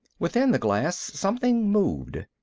within the glass something moved,